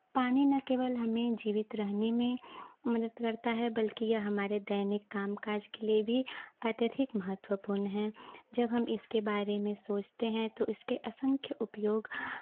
पानी ना केवल हमें जीवित रहने में मदद करता है बल्कि यह हमारे दैनिक काम काज के लिए भी अत्यधिक महत्वपूर्ण है जब हम इसके बारे में सोचते हैं तो इसके असंख्य उपयोग